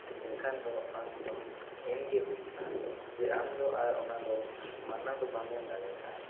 ᱮᱱᱠᱷᱟᱱ ᱫᱚ ᱟᱢᱫᱚ ᱮᱢᱜᱮ ᱦᱩᱭᱩᱜᱼᱟ ᱡᱮ ᱟᱢᱫᱚ ᱟᱨ ᱚᱱᱟᱫᱚ ᱢᱟᱱᱟ ᱫᱚ ᱵᱟᱝ ᱮᱢ ᱫᱟᱲᱮᱭᱟᱜᱼᱟ